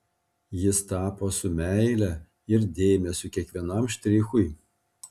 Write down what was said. jis tapo su meile ir dėmesiu kiekvienam štrichui